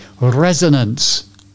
resonance